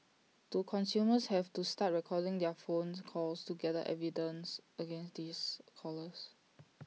do consumers have to start recording their phone calls to gather evidence against these callers